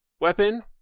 weapon